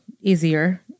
easier